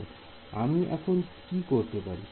Student আমি এখন কি করতে পারি